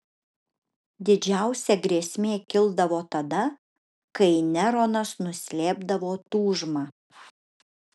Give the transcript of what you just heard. didžiausia grėsmė kildavo tada kai neronas nuslėpdavo tūžmą